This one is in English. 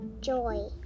joy